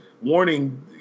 warning